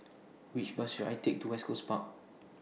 Which Bus should I Take to West Coast Park